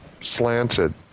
slanted